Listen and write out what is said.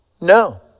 No